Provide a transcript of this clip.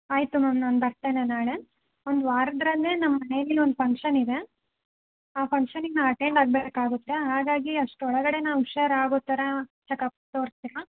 ಆಯಿತು ಮ್ಯಾಮ್ ನಾನು ಬರ್ತೇನೆ ನಾಳೆ ಒಂದು ವಾರದಲ್ಲೇ ನಮ್ಮ ಮನೆಯಲ್ಲಿ ಒಂದು ಫಂಕ್ಷನ್ ಇದೆ ಆ ಫಂಕ್ಷನ್ನಿಗೆ ನಾನು ಅಟೆಂಡ್ ಆಗಬೇಕಾಗುತ್ತೆ ಹಾಗಾಗಿ ಅಷ್ಟ್ರೊಳಗೆ ನಾನು ಹುಷಾರಾಗೋ ಥರ ಚೆಕಪ್ ನೋಡ್ತೀರಾ